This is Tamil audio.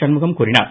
சண்முகம் கூறினார்